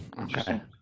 Okay